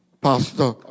Pastor